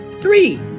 Three